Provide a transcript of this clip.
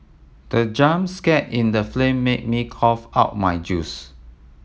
the jump scare in the flame made me cough out my juice